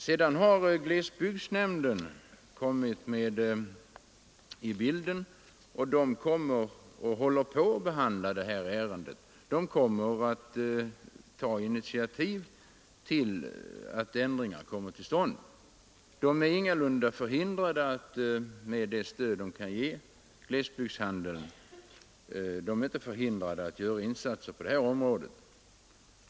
Sedan har glesbygdsnämnden kommit med i bilden och behandlar denna fråga. Den kommer att ta initiativ till ändringar. Glesbygdsnämnden är ingalunda förhindrad att ge glesbygdshandeln stöd genom insatser på området.